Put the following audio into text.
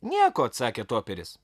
nieko atsakė toperis